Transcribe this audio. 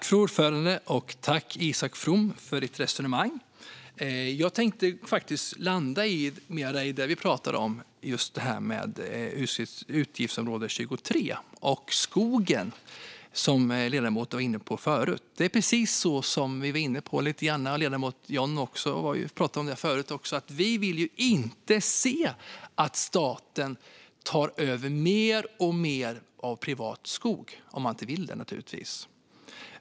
Fru talman! Tack, Isak From, för ditt resonemang! Jag tänkte landa mer i det vi talade om, utgiftsområde 23 och skogen, som ledamoten var inne på förut. Det är precis som vi var inne på lite grann. Ledamoten John Widegren talade också om det förut. Vi vill inte se att staten tar över alltmer av privat skog - om man inte vill det, naturligtvis.